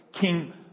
King